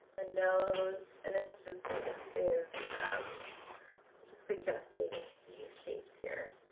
a nose and this is just suggestive i'm just suggesting these shapes here